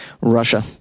Russia